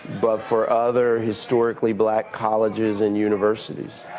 but for other historically black colleges and universities.